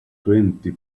twenty